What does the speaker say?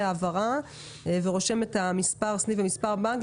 העברה ורושם את מספר סניף ומספר הבנק,